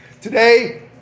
Today